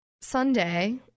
Sunday